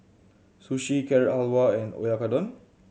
Sushi Carrot Halwa and Oyakodon